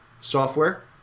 software